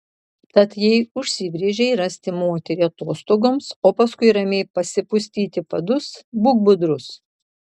tad jei užsibrėžei rasti moterį atostogoms o paskui ramiai pasipustyti padus būk budrus